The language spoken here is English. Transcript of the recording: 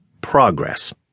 Progress